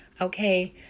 Okay